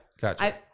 Gotcha